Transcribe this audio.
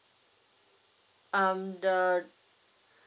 um the